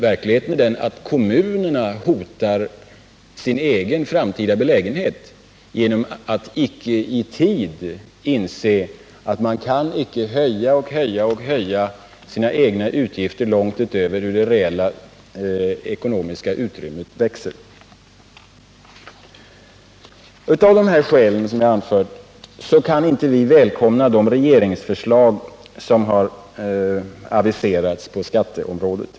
Verkligheten är väl den att kommunerna hotar sin egen framtida belägenhet genom att icke i tid inse att man inte kan höja, höja och höja sina egna utgifter långt utöver det reala ekonomiska utrymmet. Av de skäl jag anfört kan vi inte välkomna det regeringsförslag som aviserats på skatteområdet.